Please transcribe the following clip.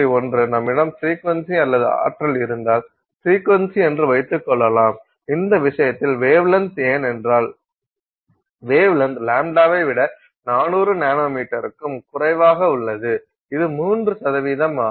1 நம்மிடம் ஃப்ரீக்வென்சி அல்லது ஆற்றல் இருந்தால் ஃப்ரீக்வென்சி என்று வைத்துக்கொள்ளலாம் இந்த விஷயத்தில் வேவ்லென்த் ஏனென்றால் வேவ்லென்த் லாம்ப்டாவை விட 400 நானோமீட்டருக்கும் குறைவாக உள்ளது அது 3 ஆகும்